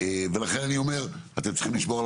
לכן אני אומר שאתם צריכים לשמור על